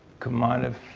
commoditive.